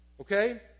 Okay